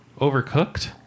Overcooked